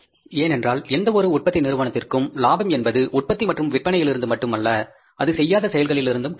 ஏனென்றால் எந்தவொரு உற்பத்தி நிறுவனத்திற்கும் இலாபம் என்பது உற்பத்தி மற்றும் விற்பனையிலிருந்து மட்டுமல்ல அது செய்யாத செயல்களிலிருந்தும் கிடைக்கிறது